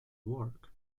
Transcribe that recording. work